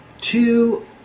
two